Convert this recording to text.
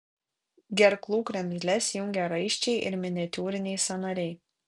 gerklų kremzles jungia raiščiai ir miniatiūriniai sąnariai